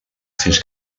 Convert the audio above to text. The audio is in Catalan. fins